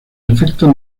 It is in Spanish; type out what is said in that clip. efectos